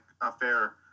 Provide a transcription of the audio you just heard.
affair